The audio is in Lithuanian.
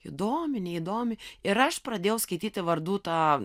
įdomi neįdomi ir aš pradėjau skaityti vardų tą